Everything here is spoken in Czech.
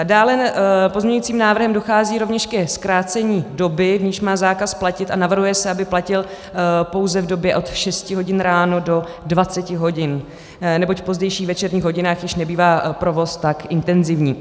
Dále pozměňovacím návrhem dochází rovněž ke zkrácení doby, v níž má zákaz platit, a navrhuje se, aby platil pouze v době od 6 hodin ráno do 20 hodin, neboť v pozdějších večerních hodinách již nebývá provoz tak intenzivní.